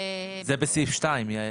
זה בסעיף (2).